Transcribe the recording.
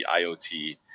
IOT